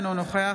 אינו נוכח